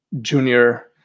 junior